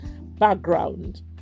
background